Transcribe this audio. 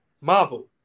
Marvel